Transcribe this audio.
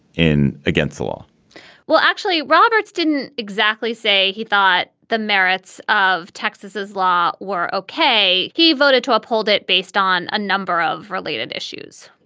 in against the law well, actually, roberts didn't exactly say he thought the merits of texas's law were okay. he voted to uphold it based on a number of related issues.